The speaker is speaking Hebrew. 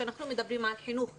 כשאנחנו מדברים על חינוך איכותי,